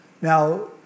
Now